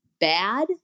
bad